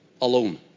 alone